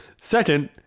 Second